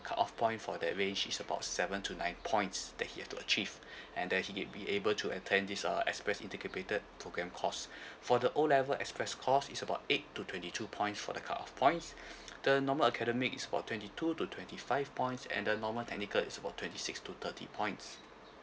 cut off point for that range is about seven to nine points that he have to achieve and that he should be able to attend this uh express integrated program course for the O level express course is about eight to twenty two point for the cut off points the normal academic is for twenty two to twenty five points and the normal technical is about twenty six to thirty points